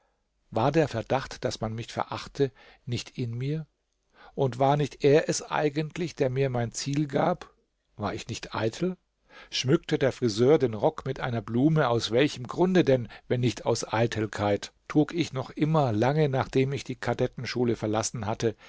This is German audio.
war der verdacht daß man mich verachte nicht in mir und war nicht er es eigentlich der mir mein ziel gab war ich nicht eitel schmückte der friseur den rock mit einer blume aus welchem grunde denn wenn nicht aus eitelkeit trug ich noch immer lange nachdem ich die kadettenschule verlassen hatte